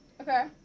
Okay